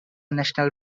national